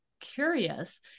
curious